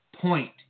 point